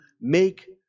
make